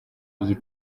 iyi